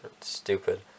stupid